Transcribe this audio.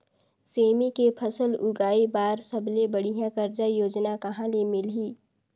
सेमी के फसल उगाई बार सबले बढ़िया कर्जा योजना कहा ले मिलही?